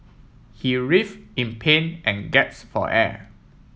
he writhe in pain and gasp for air